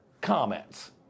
comments